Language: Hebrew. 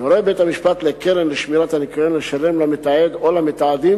יורה בית-המשפט לקרן לשמירת הניקיון לשלם למתעד או למתעדים